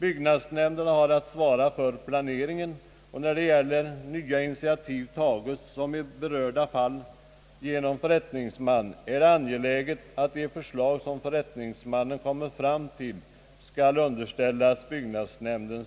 Byggnadsnämnderna har att svara för planeringen, och när nya initiativ tas — som i berörda fall genom förrättningsman — är det angeläget att de förslag som denne kommer fram till skall underställas byggnadsnämnden.